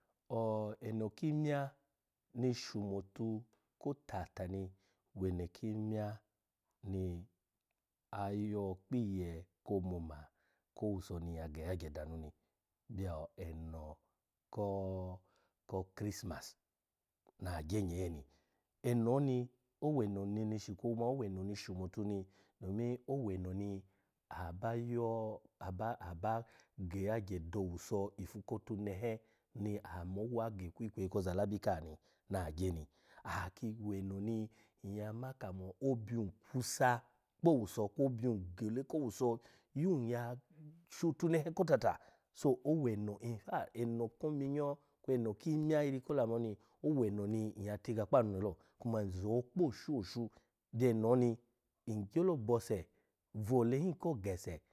O-eno kimya ni shumotu kotata ni weno kimya ni ayo kpiye ko omoma ko owuso ni nyya ge yagye danu ni byo eno ko christmas na agye nyee ni eno ni oweno ne neshi kuma oweno ni shumotu ni domin oweno ni aba yo aba aba geyagye do owuso ifu kotunehe ni amo owa gekwu ikweyi ko ozalabi kaha ni naha gye ni, aha ki weno ni nyya ma kamo obyun kusa kpo owuso kwo byun gole ko owuso yun ya shotunehe kotata. so weno, infact eno kominyo kwo eno kimya iri ko olamoni oweno ni nyya tigiga kpanu ni lo, kuma nzo kpo oshu-oshu byeno ni ngyolo bose kwo wole hin ko gese.